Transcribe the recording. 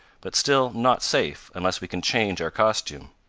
but still not safe, unless we can change our costume.